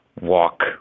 walk